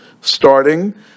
starting